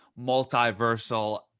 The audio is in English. multiversal